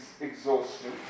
exhaustion